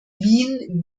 wien